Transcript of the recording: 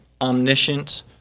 omniscient